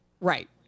Right